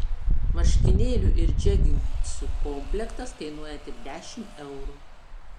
marškinėlių ir džeginsų komplektas kainuoja tik dešimt eurų